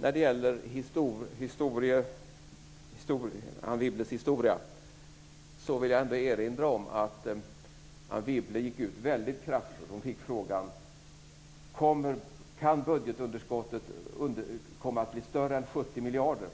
När det gäller Anne Wibbles historia vill jag erinra om att Anne Wibble gick ut väldigt kraftfullt. Hon fick frågan: Kan budgetunderskottet komma att bli större än 70 miljarder?